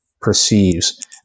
perceives –